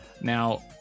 Now